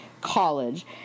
college